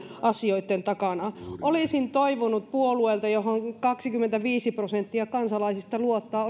asioitten takana olisin toivonut puolueelta johon kaksikymmentäviisi prosenttia kansalaisista luottaa